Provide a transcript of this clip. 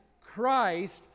Christ